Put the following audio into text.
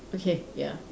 okay ya